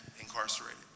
incarcerated